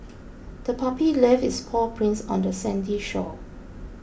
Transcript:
the puppy left its paw prints on the sandy shore